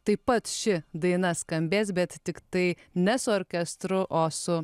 taip pat ši daina skambės bet tiktai ne su orkestru o su